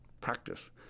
practice